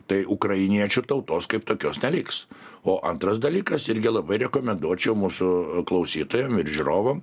tai ukrainiečių tautos kaip tokios neliks o antras dalykas irgi labai rekomenduočiau mūsų klausytojam ir žiūrovam